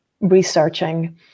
researching